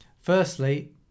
Firstly